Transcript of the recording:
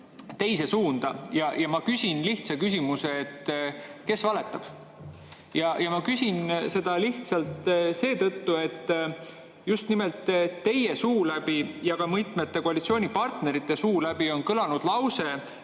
teise suunda ja küsin lihtsa küsimuse: kes valetab? Ma küsin seda seetõttu, et just nimelt teie suu läbi ja ka mitmete koalitsioonipartnerite suu läbi on kõlanud lause,